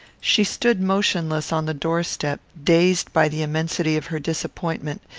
she stood motionless on the door-step dazed by the immensity of her disappointment,